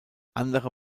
andere